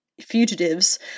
fugitives